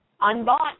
unbought